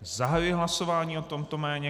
Zahajuji hlasování o tomto jméně.